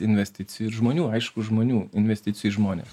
investicijų ir žmonių aišku žmonių investicijų į žmones